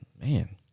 man